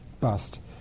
bust